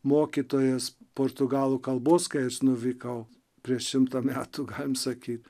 mokytojas portugalų kalbos kai aš nuvykau prieš šimtą metų galim sakyt